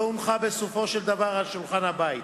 לא הונחה בסופו של דבר על שולחן הבית.